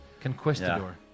Conquistador